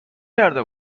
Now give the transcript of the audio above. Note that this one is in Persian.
کرده